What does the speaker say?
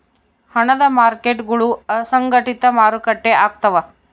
ಹಣದ ಮಾರ್ಕೇಟ್ಗುಳು ಅಸಂಘಟಿತ ಮಾರುಕಟ್ಟೆ ಆಗ್ತವ